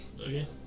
Okay